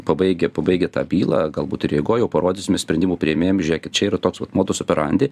pabaigę pabaigę tą bylą galbūt ir eigoj jau parodysime sprendimų priėmėjam žiūrėkit čia yra toks vat modus operandi